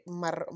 mar